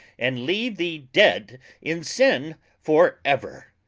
and leave thee dead in sin for ever.